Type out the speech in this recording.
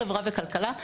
חברה וכלכלה,